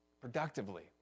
Productively